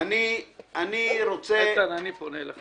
אני פונה אלייך.